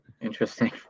Interesting